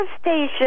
station